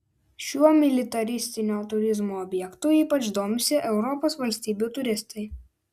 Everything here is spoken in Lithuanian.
šiuo militaristinio turizmo objektu ypač domisi europos valstybių turistai